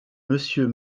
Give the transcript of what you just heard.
monsieur